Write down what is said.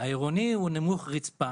העירוני הוא מלכתחילה